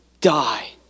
die